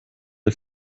der